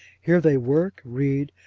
here they work, read,